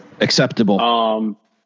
acceptable